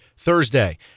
Thursday